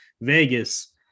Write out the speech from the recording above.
Vegas